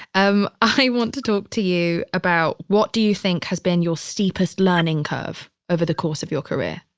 um i want to talk to you about, what do you think has been your steepest learning curve over the course of your career?